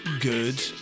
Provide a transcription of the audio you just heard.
Good